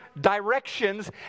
directions